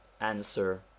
answer